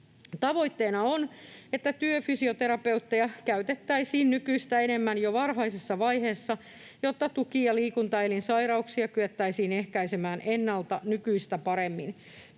Tavoitteena on, että työfysioterapeutteja käytettäisiin nykyistä enemmän jo varhaisessa vaiheessa, jotta tuki- ja liikuntaelinsairauksia kyettäisiin ehkäisemään ennalta nykyistä paremmin.